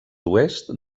oest